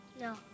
No